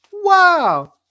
Wow